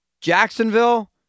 Jacksonville